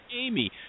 Amy